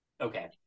Okay